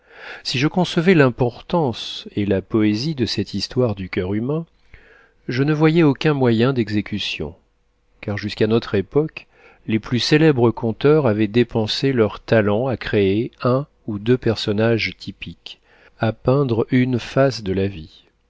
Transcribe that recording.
si je concevais l'importance et la poésie de cette histoire du coeur humain je ne voyais aucun moyen d'exécution car jusqu'à notre époque les plus célèbres conteurs avaient dépensé leur talent à créer un ou deux personnages typiques à peindre une face de la vie